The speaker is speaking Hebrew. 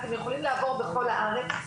אתם יכולים לעבור בכל הארץ,